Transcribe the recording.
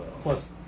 plus